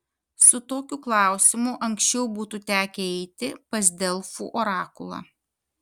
su tokiu klausimu anksčiau būtų tekę eiti pas delfų orakulą